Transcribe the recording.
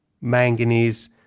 manganese